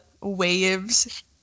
waves